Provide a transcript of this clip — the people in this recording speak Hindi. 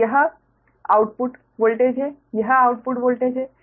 तो यह आउटपुट वोल्टेज है यह आउटपुट वोल्टेज है